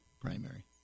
primary